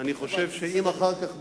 אני חושב שאם אחר כך,